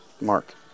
mark